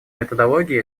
методологии